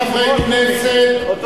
תודה, תודה, תודה.